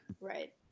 right